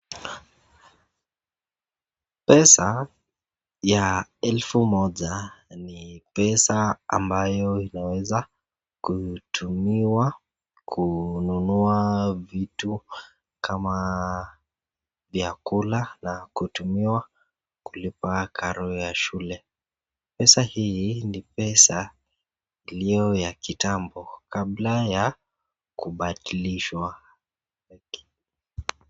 Pesa ya elfu moja ni pesa ambayo inaweza kutumiwa kununua vitu kama vyakula na kutumiwa kulipa karo ya shule. Pesa hii ni pesa iliyo ya kitambo kabla ya kubadilishwa.